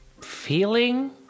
feeling